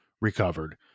recovered